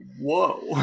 whoa